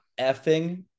effing